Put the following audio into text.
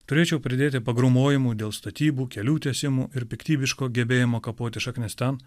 turėčiau pridėti pagrūmojimų dėl statybų kelių tiesimų ir piktybiško gebėjimo kapoti šaknis ten